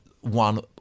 one